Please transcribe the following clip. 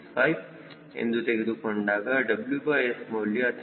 465 ಎಂದು ತೆಗೆದುಕೊಂಡಾಗ WS ಮೌಲ್ಯ 302